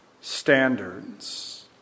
standards